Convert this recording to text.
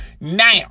Now